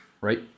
right